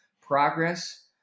progress